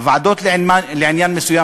הוועדות לעניין מסוים,